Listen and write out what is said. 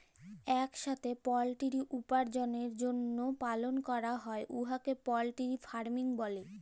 ইকসাথে পলটিরি উপার্জলের জ্যনহে পালল ক্যরা হ্যয় উয়াকে পলটিরি ফার্মিং ব্যলে